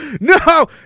No